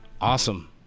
Awesome